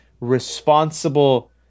responsible